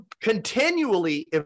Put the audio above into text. continually